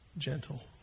gentle